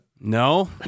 No